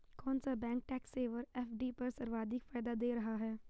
कौन सा bank tax saver FD पर सर्वाधिक फायदा दे रहा है?